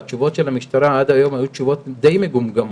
והתשובות של המשטרה עד היום היו תשובות די מגומגמות,